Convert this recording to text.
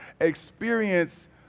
experience